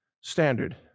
standard